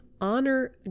honor